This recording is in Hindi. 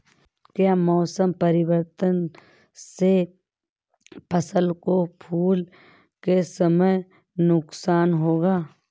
क्या मौसम परिवर्तन से फसल को फूल के समय नुकसान होगा?